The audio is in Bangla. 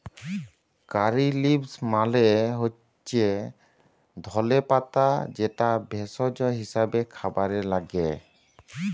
কারী লিভস মালে হচ্যে ধলে পাতা যেটা ভেষজ হিসেবে খাবারে লাগ্যে